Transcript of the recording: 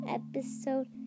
episode